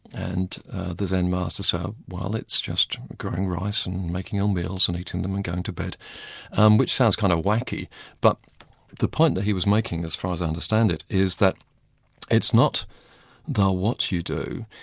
and the zen master said, so well, it's just growing rice and making our um meals and eating them and going to bed um which sounds kind of whacky but the point that he was making, as far as i understand it, is that it's not the what you do,